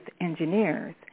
engineers